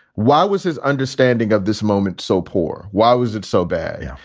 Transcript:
why was his understanding of this moment so poor? why was it so bad?